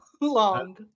long